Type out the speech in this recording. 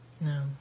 No